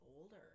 older